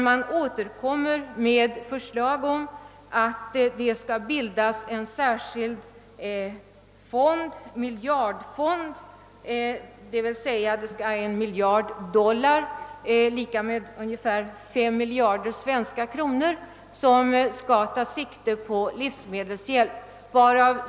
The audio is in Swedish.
Man återkommer med förslag om bildande av en särskild fond på en miljard dollar, ungefär fem miljarder svenska kronor, som skall avse livsmedelshjälp.